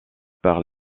par